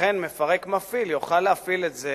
לכן מפרק מפעיל יוכל להפעיל את זה